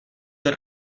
del